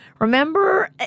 Remember